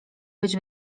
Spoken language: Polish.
być